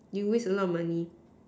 you waste a lot of money